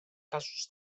casos